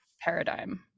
paradigm